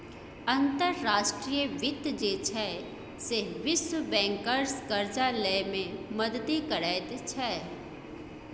अंतर्राष्ट्रीय वित्त जे छै सैह विश्व बैंकसँ करजा लए मे मदति करैत छै